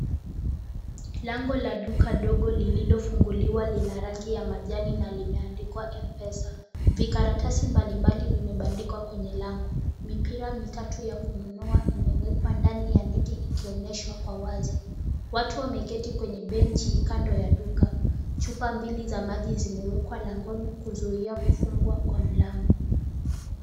Lango la duka ndogo lililofunguliwa lina rangi ya kijani na limeandikwa Mpesa. Vikaratasi mbalimbali vimebandikwa kwenye lango. Mipira mitatu ya kununua imewekwa ndani ya neti ikionyeshwa kwa wazi. Watu wameketi kwenye benchi kando ya duka. Chupa mbili zenye maji zimewekwa langoni kuzuia kufungwa kwa mlango.